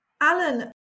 Alan